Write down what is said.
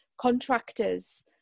contractors